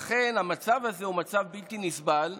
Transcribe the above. המצב הזה הוא מצב בלתי נסבל,